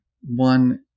One